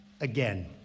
again